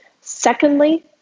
Secondly